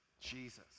Jesus